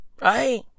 right